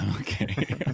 okay